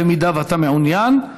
במידה שאתה מעוניין.